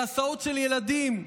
והסעות של ילדים,